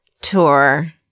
tour